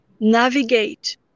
navigate